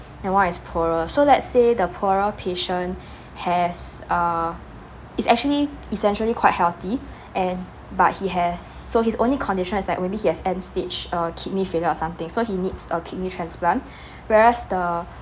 and one is poorer so let's say the poorer patient has uh is actually essentially quite healthy and but he has so his only condition is like maybe he has end stage uh kidney failure or something so he needs a kidney transplant whereas the